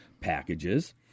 packages